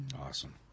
Awesome